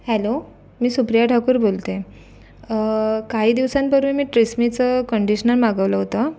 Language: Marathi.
हॅलो मी सुप्रिया ठाकूर बोलते काही दिवसांपूर्वी मी ट्रेस्मेचं कंडिशनर मागवलं होतं